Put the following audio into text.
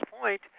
point